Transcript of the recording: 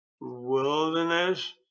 wilderness